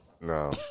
No